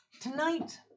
Tonight